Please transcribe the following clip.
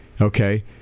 Okay